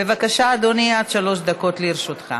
בבקשה, אדוני, עד שלוש דקות לרשותך.